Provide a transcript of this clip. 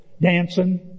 dancing